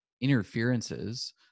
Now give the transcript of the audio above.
interferences